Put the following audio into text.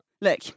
look